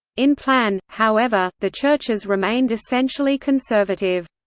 in plan, however, the churches remained essentially conservative.